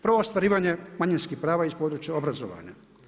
Prvo ostvarivanje manjinskih prava iz područja obrazovanja.